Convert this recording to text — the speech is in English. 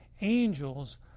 angels